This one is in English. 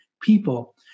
people